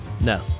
No